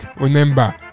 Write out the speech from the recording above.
remember